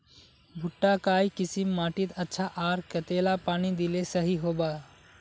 भुट्टा काई किसम माटित अच्छा, आर कतेला पानी दिले सही होवा?